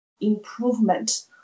improvement